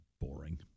Boring